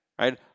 right